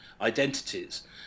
identities